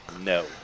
no